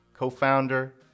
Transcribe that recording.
co-founder